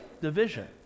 division